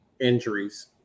injuries